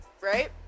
right